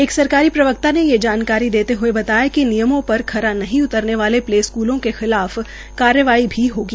एक सरकारी प्रवक्ता ने ये जानकारी देते हए बताया िक नियमों पर खरा उतरने वाले प्ले स्कूलों के खिलाफ कार्रवाई होगी